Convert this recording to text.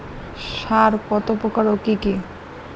সার কত প্রকার ও কি কি?